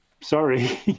sorry